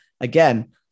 again